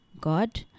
God